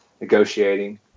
negotiating